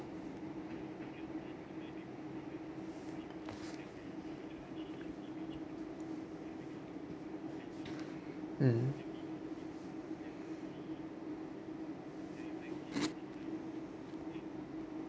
mmhmm